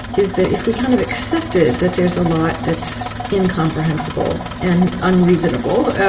is that if we kind of accepted that there's a lot that's incomprehensible and unreasonable,